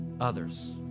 others